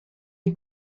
est